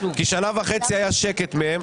כי שנה וחצי היה שקט מהם.